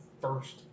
first